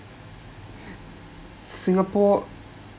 singapore